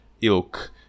ilk